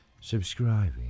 subscribing